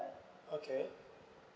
okay